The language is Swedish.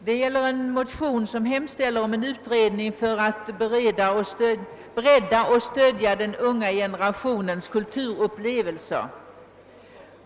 Herr talman! Vi har här att behandla en motion där det hemställes om en utredning angående åtgärder för att bredda och stödja den unga generatio nens kulturupplevelser.